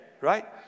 right